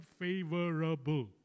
favorable